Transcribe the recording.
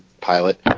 pilot